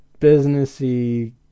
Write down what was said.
businessy